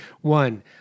One